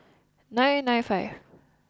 nine nine five